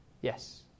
Yes